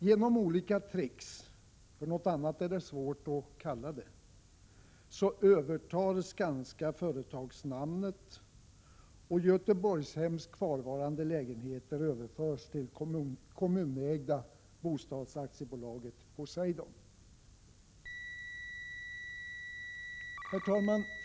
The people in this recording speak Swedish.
Genom olika tricks — något annat är svårt att kalla det — övertar Skanska företagsnamnet, och Herr talman!